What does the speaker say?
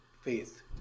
faith